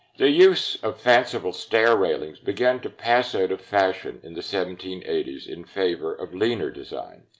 the use of fanciful stair railings began to pass out of fashion in the seventeen eighty s in favor of leaner design.